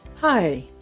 Hi